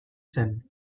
zen